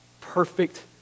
perfect